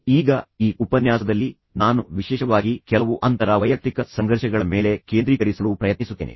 ಈಗ ಈ ಉಪನ್ಯಾಸದಲ್ಲಿ ನಾನು ವಿಶೇಷವಾಗಿ ಕೆಲವು ಅಂತರ ವೈಯಕ್ತಿಕ ಸಂಘರ್ಷಗಳ ಮೇಲೆ ಕೇಂದ್ರೀಕರಿಸಲು ಪ್ರಯತ್ನಿಸುತ್ತೇನೆ